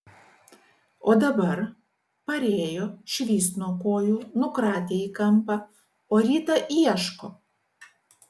o dabar parėjo švyst nuo kojų nukratė į kampą o rytą ieško